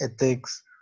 ethics